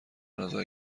نظر